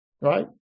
Right